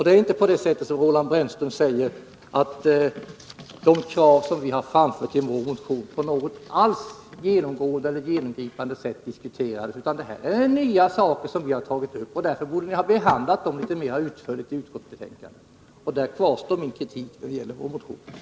Det är inte så, som Roland Brännström säger, att de krav som vi har framfört i vår motion på något genomgripande sätt diskuterades i höstas, utan det är nya saker vi har tagit upp. Därför borde ni ha behandlat den litet mera utförligt i utskottsbetänkandet, och på den punkten kvarstår min kritik.